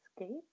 escape